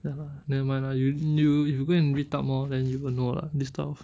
ah never mind lah you you you go and read up orh then you will know lah this type of